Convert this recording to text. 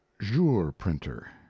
jour-printer